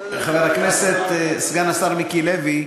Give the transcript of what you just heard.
חבר הכנסת, סגן השר מיקי לוי,